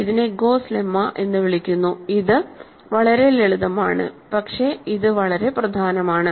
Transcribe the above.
ഇതിനെ Gauss lemma എന്ന് വിളിക്കുന്നു ഇത് വളരെ ലളിതമാണ് പക്ഷേ ഇത് വളരെ പ്രധാനമാണ്